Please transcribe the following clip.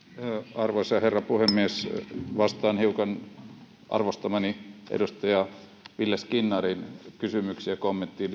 arvoisa herra puhemies vastaan arvostamani edustaja ville skinnarin kysymykseen ja kommenttiin